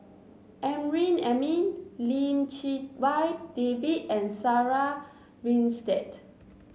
Amrin Amin Lim Chee Wai David and Sarah Winstedt